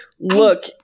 look